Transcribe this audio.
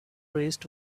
raised